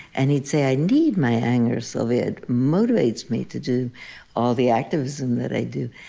and he'd say, i need my anger, sylvia. it motivates me to do all the activism that i do.